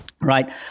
Right